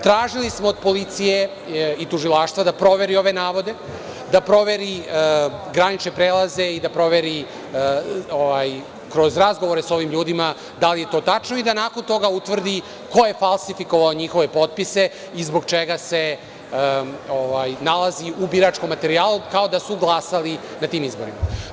Tražili smo od policije i tužilaštva da proveri ove navode, da proveri granične prelaze i da proveri kroz razgovore sa ovim ljudima da li je to tačno i da nakon toga utvrdi ko je falsifikovao njihove potpise i zbog čega se nalazi u biračkom materijalu kao da su glasali na tim izborima.